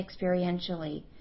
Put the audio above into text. experientially